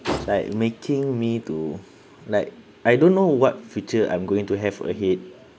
it's like making me to like I don't know what future I'm going to have ahead